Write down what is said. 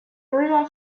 river